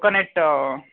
coconut